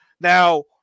Now